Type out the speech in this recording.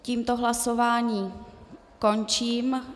Tímto hlasování končím.